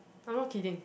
I'm not kidding